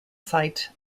site